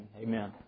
Amen